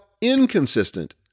inconsistent